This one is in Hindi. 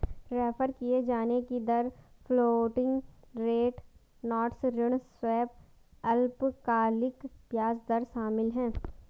रेफर किये जाने की दर फ्लोटिंग रेट नोट्स ऋण स्वैप अल्पकालिक ब्याज दर शामिल है